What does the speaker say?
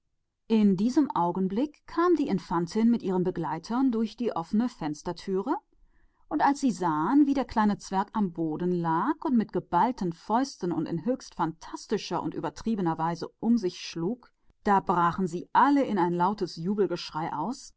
in diesem augenblick kam die infantin selbst mit ihren gespielen durch die offene balkontür herein und als sie den häßlichen kleinen zwerg am boden liegen sahen und auf phantastische und übertriebene art mit seinen geballten händen um sich schlagen da brachen sie in lautes